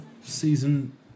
season